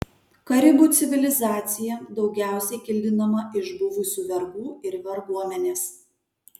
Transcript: karibų civilizacija daugiausiai kildinama iš buvusių vergų ir varguomenės